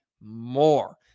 more